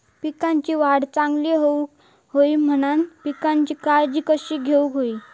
पिकाची वाढ चांगली होऊक होई म्हणान पिकाची काळजी कशी घेऊक होई?